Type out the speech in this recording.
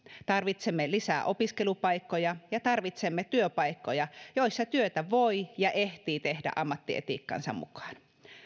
tarvitsemme lisää opiskelupaikkoja ja tarvitsemme työpaikkoja joissa työtä voi ja ehtii tehdä ammattietiikkansa mukaan